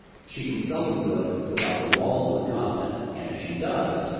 she can seldom do it without the walls of the convent, and if she does,